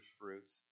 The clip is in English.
fruits